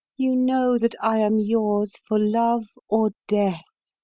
you know that i am yours for love or death.